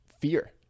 fear